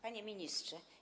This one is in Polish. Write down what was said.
Panie Ministrze!